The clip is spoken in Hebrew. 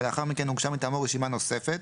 ולאחר מכן הוגשה מטעמו רשימה נוספת